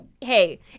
hey